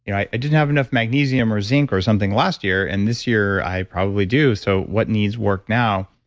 and i didn't have enough magnesium or zinc or something last year. and this year i probably do. so what needs work now?